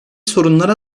sorunlara